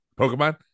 Pokemon